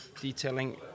detailing